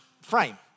frame